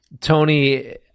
Tony